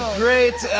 great.